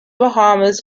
bahamas